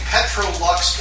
Petrolux